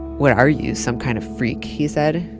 what are you, some kind of freak? he said.